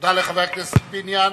תודה לחבר הכנסת פיניאן.